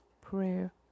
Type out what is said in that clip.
prayer